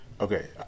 Okay